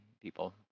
people